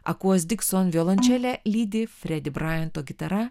akuos dikson violončelė lydi fredi brajento gitara